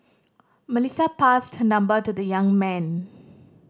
Melissa passed her number to the young man